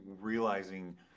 realizing